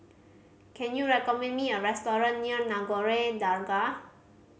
can you recommend me a restaurant near Nagore Dargah